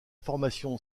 formation